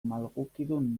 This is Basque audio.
malgukidun